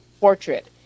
portrait